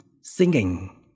singing